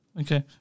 Okay